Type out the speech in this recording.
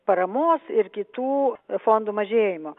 paramos ir kitų fondų mažėjimo